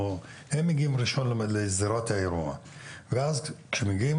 הם מגיעים ראשונים לזירת האירוע ואז הם מתחילים